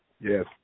Yes